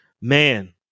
man